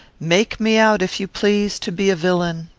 make me out, if you please, to be a villain.